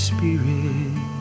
Spirit